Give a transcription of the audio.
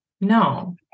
No